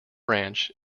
ranch